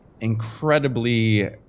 incredibly